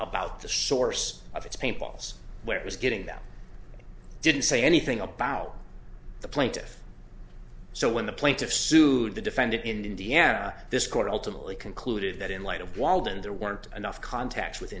about the source of its paint balls where it was getting that it didn't say anything about the plaintiff so when the plaintiff sued the defendant in indiana this court ultimately concluded that in light of walden there weren't enough contacts with